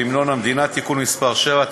והמנון המדינה (תיקון מס' 7),